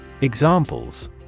Examples